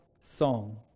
song